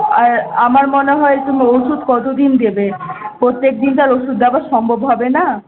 আর আমার মনে হয় তুমি ওষুধ কত দিন দেবে প্রত্যেক দিন তো আর ওষুধ দেওবা সম্ভব হবে না